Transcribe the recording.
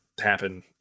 happen